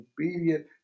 obedient